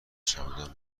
چمدان